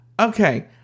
Okay